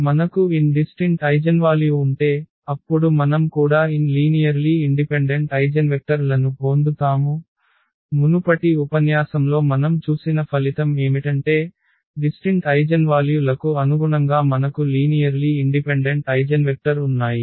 మనకు n distinct eigenvalue ఉంటే అప్పుడు మనం కూడా n లీనియర్లీ ఇండిపెండెంట్ ఐగెన్వెక్టర్ లను పోందుతాము మునుపటి ఉపన్యాసంలో మనం చూసిన ఫలితం ఏమిటంటే డిస్టింట్ ఐగెన్వాల్యు లకు అనుగుణంగా మనకు లీనియర్లీ ఇండిపెండెంట్ ఐగెన్వెక్టర్ ఉన్నాయి